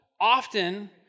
often